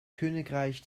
königreich